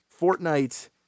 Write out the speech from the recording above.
fortnite